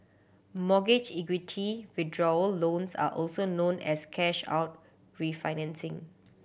mortgage equity withdrawal loans are also known as cash out refinancing